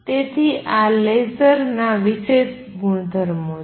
તેથી આ લેસરના વિશેષ ગુણધર્મો છે